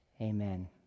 Amen